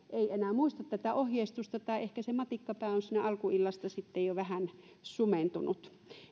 muista tätä ohjeistusta tai ehkä se matikkapää on siinä alkuillasta sitten jo vähän sumentunut